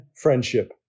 friendship